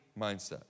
mindset